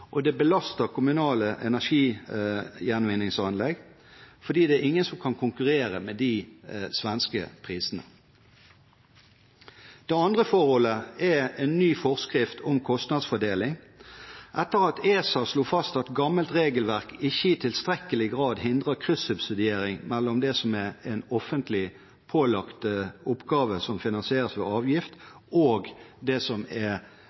og det belaster kommunale energigjenvinningsanlegg fordi det er ingen som kan konkurrere med de svenske prisene. Det andre forholdet er en ny forskrift om kostnadsfordeling, som kom etter at ESA slo fast at gammelt regelverk ikke i tilstrekkelig grad hindrer kryssubsidiering mellom det som er en offentlig pålagt oppgave, som finansieres ved avgift, og det som er